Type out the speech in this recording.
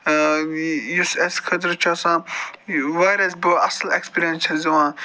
یُس اَسہِ کھٔدٕر چھِ آسان واریاہ اَصٕل ایکٕسپیٖرینَس چھِس دِوان